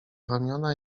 ramiona